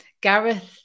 Gareth